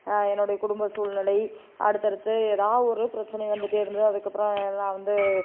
என்னுடைய குடும்ப சூழ்நிலை அடுத்து அடுத்து எதா ஒரு பிரச்சனை வந்திகிட்ட்டே இருந்தது அதுக்கப்புறம் நான் வந்து